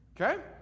Okay